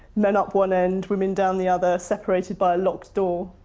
men up one end, women down the other, separated by a locked door.